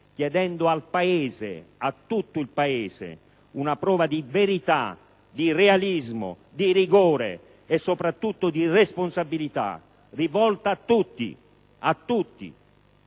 chiedendo al Paese, a tutto il Paese, una prova di verità, di realismo, di rigore e soprattutto di responsabilità, rivolta a tutti. È infatti